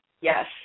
Yes